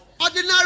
ordinary